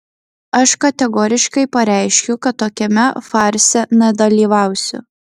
aš kategoriškai pareiškiu kad tokiame farse nedalyvausiu